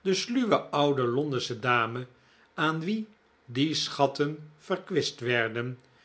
de sluwe oude londensche dame aan wie die schatten verkwist werden